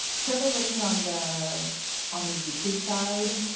certainly looking on the on the youtube side,